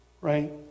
right